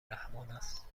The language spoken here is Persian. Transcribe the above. رحمانست